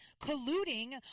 colluding